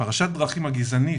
הפרשת דרכים הגזענית,